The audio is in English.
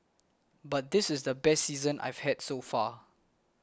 but this is the best season I've had so far